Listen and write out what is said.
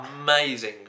amazing